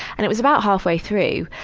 and it was about half-way through,